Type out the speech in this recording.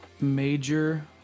Major